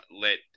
let